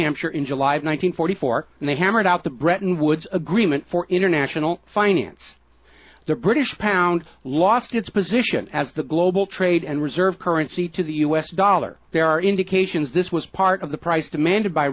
hampshire in july one hundred forty four and they hammered out the bretton woods agreement for international finance the british pound lost its position as the global trade and reserve currency to the us dollar there are indications this was part of the price demanded by